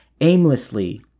aimlessly